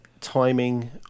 timing